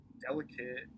delicate